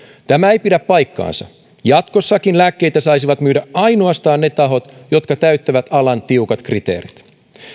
tämä ei pidä paikkaansa jatkossakin lääkkeitä saisivat myydä ainoastaan ne tahot jotka täyttävät alan tiukat kriteerit